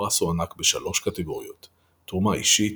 הפרס הוענק בשלוש קטגוריות תרומה אישית,